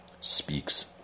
speaks